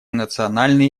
национальные